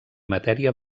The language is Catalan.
matèria